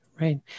Right